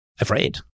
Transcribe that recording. afraid